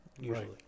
usually